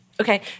Okay